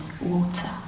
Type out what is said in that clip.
water